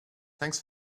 thanks